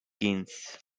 keynes